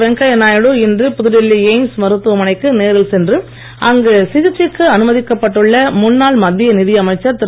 வெங்கையா நாயுடு இன்று புதுடில்லி எய்ம்ஸ் மருத்துவமனைக்கு நேரில் சென்று அங்கு சிகிச்சைக்கு அனுமதிக்கப்பட்டு உள்ள முன்னாள் மத்திய நிதி அமைச்சர் திரு